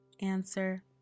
Answer